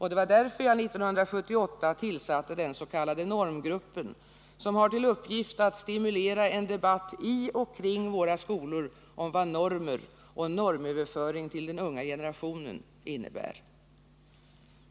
Det var därför jag 1978 tillsatte den s.k. normgruppen, som har till uppgift att stimulera en debatt i och kring våra skolor om vad normer och normöverföring till den unga generationen innebär.